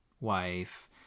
wife